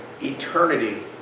eternity